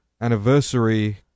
anniversary